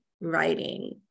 writing